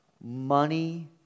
money